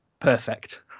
Perfect